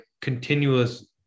continuous